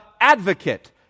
advocate